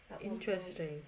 Interesting